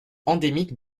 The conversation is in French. endémique